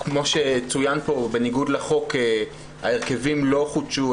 כמו שצוין פה, בניגוד לחוק ההרכבים לא חודשו